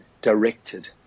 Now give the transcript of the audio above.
directed